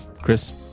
Chris